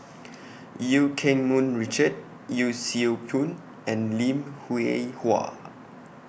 EU Keng Mun Richard Yee Siew Pun and Lim Hwee Hua